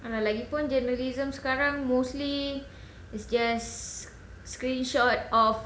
and lagi pun journalisms sekarang mostly it's just screenshot of